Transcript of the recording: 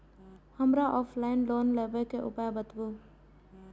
हमरा offline loan लेबे के उपाय बतबु?